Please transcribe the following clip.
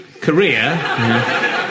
career